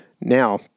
now